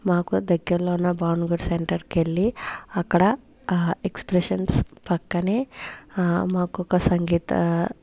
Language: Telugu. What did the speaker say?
మాకు దగ్గర్లోనా భానుగాడు సెంటర్కెళ్ళి అక్కడ ఎక్స్ప్రెషన్స్ పక్కనే మాకొక సంగీతా